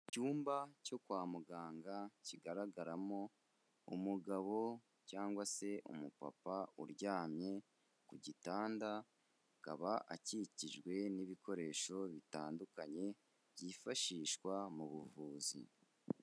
Icyumba cyo kwa muganga kigaragaramo umugabo cyangwa se umupapa uryamye ku gitanda, aba akikijwe n'ibikoresho bitandukanye byifashishwa mu buvuzi.